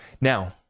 Now